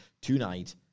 tonight